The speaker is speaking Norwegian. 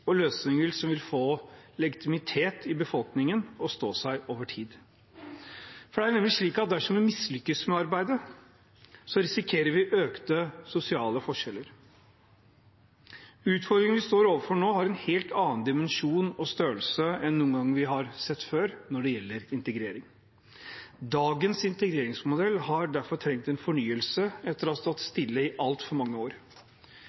og løsninger som vil få legitimitet i befolkningen og stå seg over tid. Det er nemlig slik at dersom vi mislykkes med arbeidet, risikerer vi økte sosiale forskjeller. Utfordringen vi står overfor nå, har en helt annen dimensjon og størrelse enn vi har sett noen gang før når det gjelder integrering. Dagens integreringsmodell hadde derfor trengt en fornyelse etter å ha stått stille i altfor mange år.